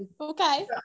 okay